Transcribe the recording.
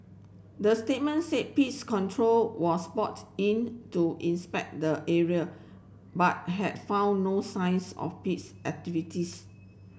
the statement said pest control was brought in to inspect the area but had found no signs of pest activities